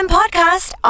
podcast